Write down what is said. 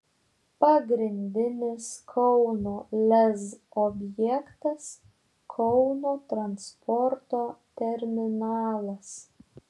pagrindinis kauno lez objektas kauno transporto terminalas